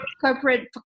corporate